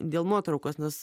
dėl nuotraukos nes